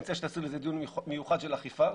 אני מציע שתעשו דיון מיוחד על אכיפה,